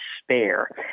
despair